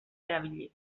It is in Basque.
erabiliz